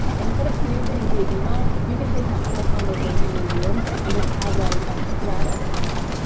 instead of communicating via email, you can take that whole conversation to zoom, and just have like a thread of comments.